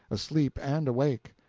asleep and awake.